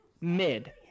mid